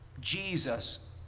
Jesus